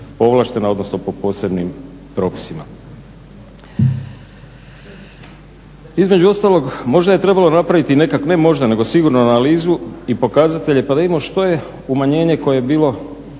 povlaštena odnosno po posebnim propisima. Između ostalog možda je trebalo napraviti, ne možda nego sigurno analizu i pokazatelje pa da vidimo što je umanjenje koje je bilo